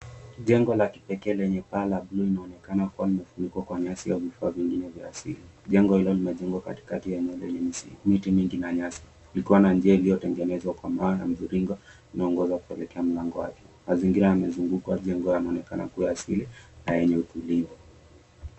Jengo la kipekee lenye paa la buluu linaonekana kuwa limefunikwa na nyasi na vifaa vingine vya asili. Jengo hilo limejengwa katikati ya eneo lenye miti miti mingi na nyasi likiwa na njia iliyo tengenezwa kwa mawe ya mviringo yanayoongoza kuelekea mlango wake. Mazingira yaliyozunguka jengo yanaonekana kuwa asili na yenye utulivu.